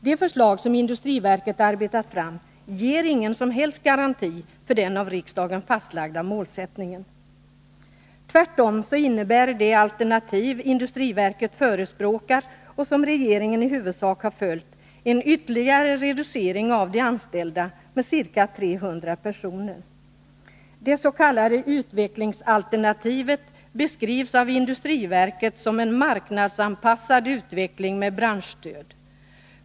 De förslag som industriverket arbetat fram ger ingen som helst garanti för den av riksdagen fastlagda målsättningen. Tvärtom innebär det alternativ industriverket förespråkar och som regeringen i huvudsak har följt en ytterligare reducering av de anställda med ca 300 personer. Det s.k. utvecklingsalternativet beskrivs av industriverket som en marknadsanpassad utveckling med branschstöd.